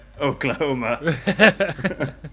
Oklahoma